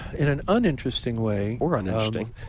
in an uninteresting way or uninteresting.